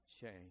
change